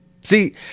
see